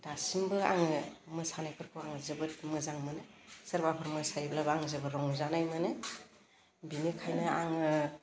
दासिमबो आङो मोसानायफोरखौ आङो जोबोद मोजां मोनो सोरबाफोर मोसायोब्लाबो आं जोबोर रंजानाय मोनो बिनिखायनो आङो